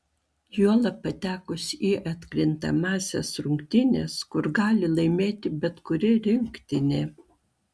juolab patekus į atkrintamąsias rungtynes kur gali laimėti bet kuri rinktinė